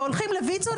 והולכים לויצ"ו,